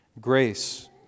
Grace